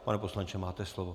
Pane poslanče, máte slovo.